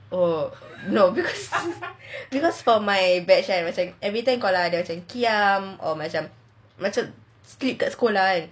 oh no because for my batch right macam everytime kalau ada macam ada qiyam or macam macam sleep kat sekolah kan